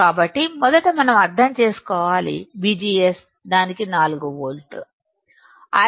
కాబట్టి మొదట మనం అర్థం చేసుకోవాలి VGSదాని 4 వోల్ట్లపై ID దాని 3